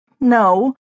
no